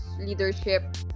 leadership